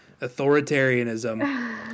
authoritarianism